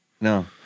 No